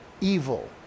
evil